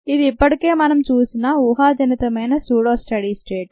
ఇది ఇప్పటికే మనం చూసిన ఊహాజనితమైన స్యూడో స్టడీ స్టేట్